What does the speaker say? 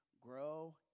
grow